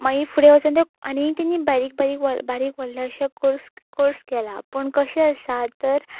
मागीर फुडें वचोन ते आनीक ते बारीक बारीक बारीक व्हडले अशे कोर्स कोर्स केला पूण कशें आसा तर